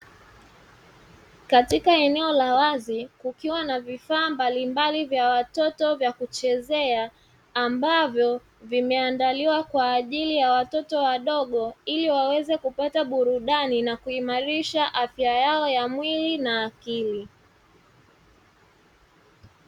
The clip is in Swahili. Katika eneo la wazi kukiwa na vifaa mbalimbali vya watoto vya kuchezea ambavyo vimeandaliwa kwa ajili ya watoto wadogo, ili waweze kupata burudani na kuimarisha afya yao ya mwili na akili.